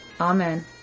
Amen